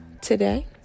today